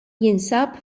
jinsab